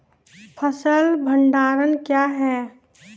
फसल भंडारण क्या हैं?